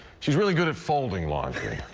she's really good at folding laundry.